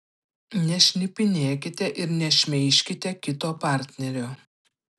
nešnipinėkite ir nešmeižkite kito partnerio